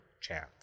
chance